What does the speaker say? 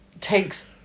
takes